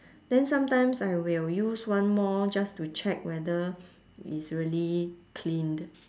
then sometimes I will use one more just to check whether it's really cleaned